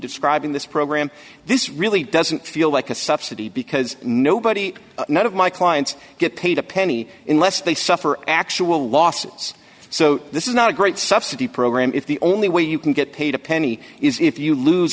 describing this program this really doesn't feel like a subsidy because nobody none of my clients get paid a penny in less they suffer actual losses so this is not a great subsidy program if the only way you can get paid a penny is if you lose